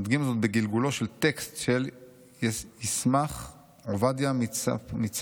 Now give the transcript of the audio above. נדגים זאת בגלגולו של טקסט של ישמ"ח עובדיה מצפרו,